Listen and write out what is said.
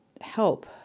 help